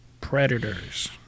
Predators